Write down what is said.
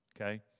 okay